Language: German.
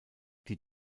die